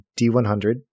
d100